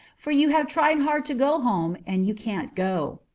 for you have tried hard to go home, and you cannot go.